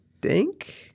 Dink